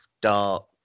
dark